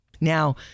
Now